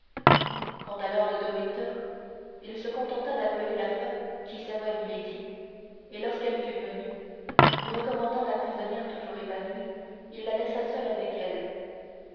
quant à lord de winter il se contenta d'appeler la femme qui servait milady et lorsqu'elle fut venue lui recommandant la prisonnière toujours évanouie il la laissa seule avec elle